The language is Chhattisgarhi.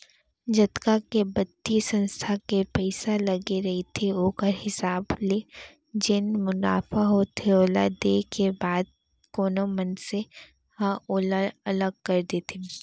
जतका के बित्तीय संस्था के पइसा लगे रहिथे ओखर हिसाब ले जेन मुनाफा होथे ओला देय के बाद कोनो मनसे ह ओला अलग कर देथे